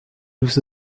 uso